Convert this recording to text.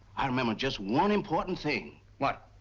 i remember just one important thing. what?